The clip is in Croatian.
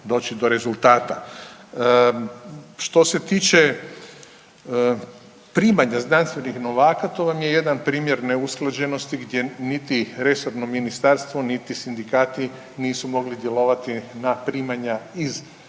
doći do rezultata. Što se tiče primanja znanstvenih novaka to vam je jedan primjer neusklađenosti gdje niti resorno ministarstvo, niti sindikati nisu mogli djelovati na primanja iz,